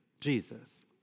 Jesus